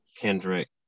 Kendrick